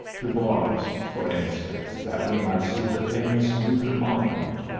to worms, for instance, that we might see the famous luther monument.